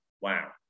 Wow